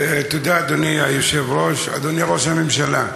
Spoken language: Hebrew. תודה, אדוני היושב-ראש, אדוני ראש הממשלה,